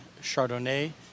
Chardonnay